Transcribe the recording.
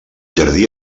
jardí